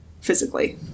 physically